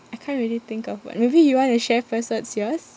I can't really think of one maybe you want to share first what's yours